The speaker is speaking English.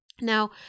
Now